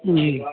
جی